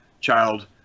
child